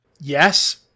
Yes